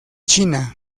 china